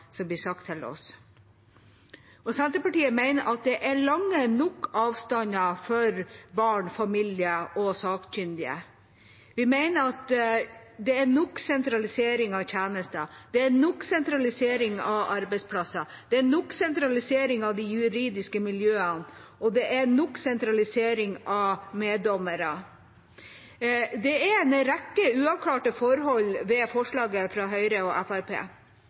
som blir sagt til oss. Senterpartiet mener at det er lange nok avstander for barn, familier og sakkyndige. Vi mener at det er nok sentralisering av tjenester, det er nok sentralisering av arbeidsplasser, det er nok sentralisering av de juridiske miljøene, og det er nok sentralisering av meddommere. Det er en rekke uavklarte forhold ved forslaget som regjeringspartiene og